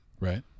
Right